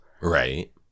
Right